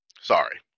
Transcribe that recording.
Sorry